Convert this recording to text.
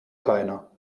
keiner